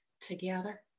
together